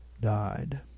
died